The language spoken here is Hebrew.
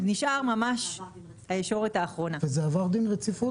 זה עבר דין רציפות?